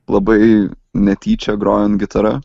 labai netyčia grojant gitara